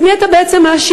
את מי אתה בעצם מאשים?